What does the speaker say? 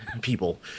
people